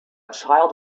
child